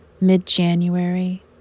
Mid-January